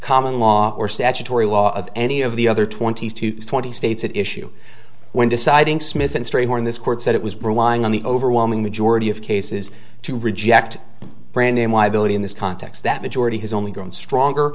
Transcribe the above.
common law or statutory law any of the other twenty two twenty states at issue when deciding smith and strayhorn this court said it was relying on the overwhelming majority of cases to reject brandname liability in this context that majority has only grown stronger